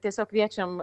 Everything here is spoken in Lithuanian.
tiesiog kviečiam